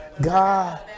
God